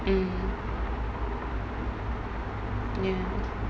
mmhmm ya